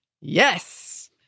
Yes